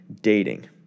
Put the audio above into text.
dating